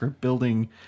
building